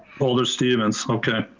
alder stevens. okay,